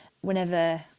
whenever